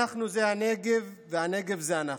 אנחנו זה הנגב והנגב זה אנחנו.